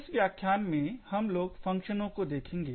इस व्याख्यान में हम लोग फंक्शनो को देखेंगे